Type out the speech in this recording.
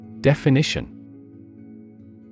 Definition